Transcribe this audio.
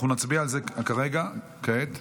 אנחנו נצביע על זה כרגע, כעת.